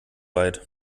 weit